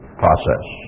process